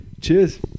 cheers